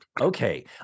Okay